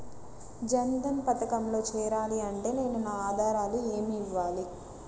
జన్ధన్ పథకంలో చేరాలి అంటే నేను నా ఆధారాలు ఏమి ఇవ్వాలి?